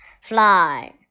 fly